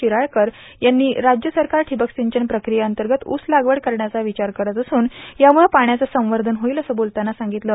शिरसाळकर यांनी राज्य सरकार ठिंबक सिंचन प्रक्रियेअंतर्गत ऊस लागवड करण्याचा विचार करत असून यामुळं पाण्याचं संवर्धन होईल असं बोलताना सांगितलं